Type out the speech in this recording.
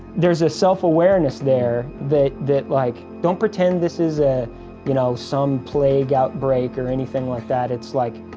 there's a self-awareness there that that like, don't pretend this is ah you know some plague outbreak or anything like that it's like,